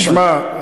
תשמע,